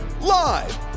Live